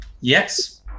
Yes